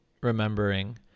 remembering